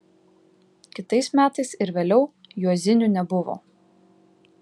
kitais metais ir vėliau juozinių nebuvo